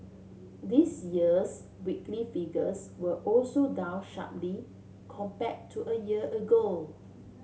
this year's weekly figures were also down sharply compare to a year ago